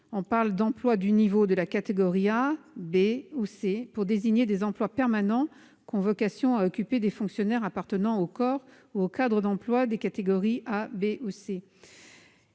on parle d'emplois du niveau de la catégorie A, B ou C pour désigner les emplois permanents qu'ont vocation à occuper les fonctionnaires appartenant aux corps ou aux cadres d'emplois de catégorie A, B ou C.